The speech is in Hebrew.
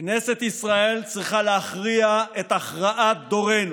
כנסת ישראל צריכה להכריע את הכרעת דורנו: